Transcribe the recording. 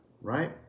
right